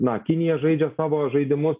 na kinija žaidžia savo žaidimus